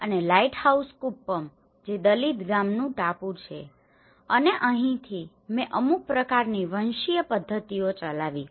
અને લાઇટહાઉસ કુપ્પમ જે દલિત ગામનું ટાપુ છે અને અહીંથી મેં અમુક પ્રકારની વંશીય પદ્ધતિઓ ચલાવી છે